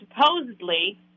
supposedly